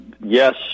yes